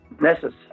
necessary